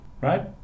right